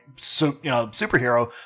superhero